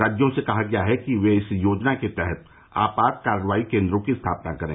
राज्यों से कहा गया है कि वे इस योजना के तहत आपात कार्रवाई केन्द्रों की स्थापना करें